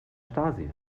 stasi